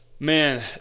Man